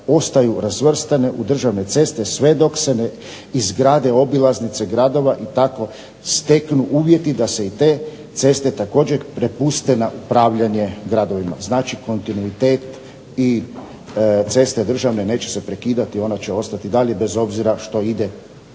ostaju razvrstane u državne ceste sve dok se ne izgrade obilaznice gradova i tako steknu uvjeti da se i te ceste također prepuste na pravljenje gradovima. Znači kontinuitet i ceste državne neće se prekidati, one će ostati dalje, bez obzira što ide